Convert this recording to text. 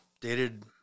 dated